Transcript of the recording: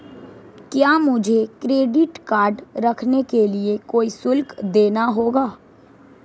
क्या मुझे credit card रखने के लिए कोई शुल्क देना होगा?